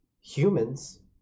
Humans